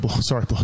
sorry